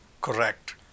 correct